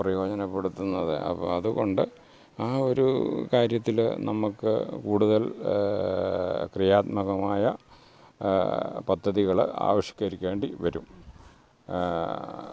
പ്രയോജനപ്പെടുത്തുന്നത് അപ്പോൾ അതുകൊണ്ട് ആ ഒരു കാര്യത്തിൽ നമുക്ക് കൂടുതൽ ക്രിയാത്മകമായ പദ്ധതികൾ ആവിഷ്കരിക്കേണ്ടി വരും